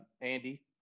Andy